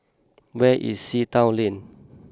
where is Sea Town Lane